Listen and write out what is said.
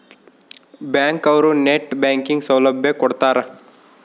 bank ಅವ್ರು net banking ಸೌಲಭ್ಯ ಕೊಡ್ತಾರ